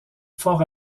fort